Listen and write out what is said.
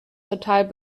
total